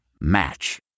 Match